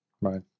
Right